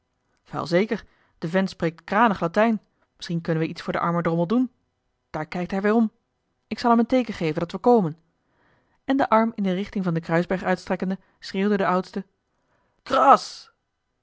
wel zeker de vent spreekt kranig latijn misschien kunnen we iets voor den armen drommel doen daar kijkt hij weer om ik zal hem een teeken geven dat we komen en den arm in de richting van den kruisberg uitstrekkende schreeuwde de oudste cras